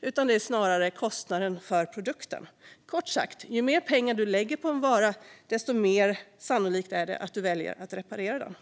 utan snarare kostnaden för produkten. Kort sagt - ju mer pengar du lägger på en vara desto mer sannolikt är det att du väljer att reparera den.